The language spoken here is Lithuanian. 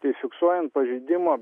tai fiksuojant pažeidimą